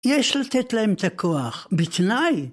יש לתת להם את הכוח, בתנאי.